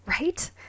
right